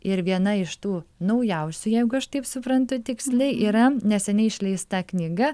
ir viena iš tų naujausių jeigu aš taip suprantu tiksliai yra neseniai išleista knyga